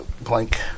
blank